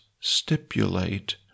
stipulate